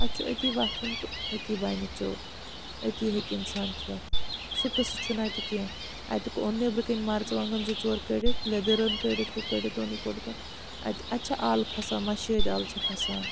اَتہِ چھُ أتی وَتھُن تہٕ أتی بَنہِ ژیوٚٹ أتی ہیٚکہِ اِنسان کھٮ۪تھ سُہ قٕصہٕ چھُنہٕ اَتہِ کینٛہہ اَتہِ اوٚن نیٚبرٕ کَنۍ مَرژٕوانٛگَن زٕ ژور کٔڑِتھ لیٚدٕر أنۍ کٔڑِتھ ہُہ کٔڑِتھ اوٚنُے کوٚڑِتھَن اَتہِ اَتہِ چھےٚ اَل کھَسان مَشٲدۍ اَل چھےٚ کھَسان